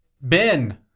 Ben